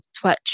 twitch